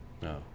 No